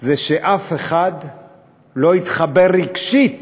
זה שאף אחד לא התחבר רגשית